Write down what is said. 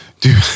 Dude